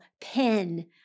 pen